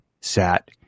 sat